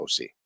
OC